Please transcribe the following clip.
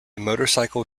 motorcycle